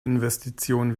investition